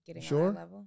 sure